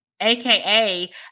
AKA